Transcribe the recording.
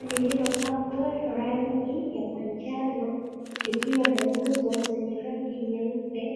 Lililopakwa rangi ya manjano likiwa na nguzo zenye rangi nyeupe